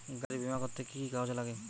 গাড়ীর বিমা করতে কি কি কাগজ লাগে?